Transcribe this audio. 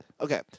Okay